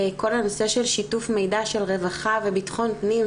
כל הנושא של שיתוף מידע של רווחה ובטחון פנים,